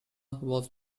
was